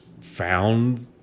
found